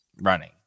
running